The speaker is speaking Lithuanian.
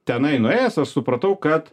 tenai nuėjęs aš supratau kad